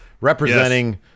representing –